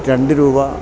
രണ്ടു രൂപ